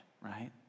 right